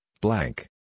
blank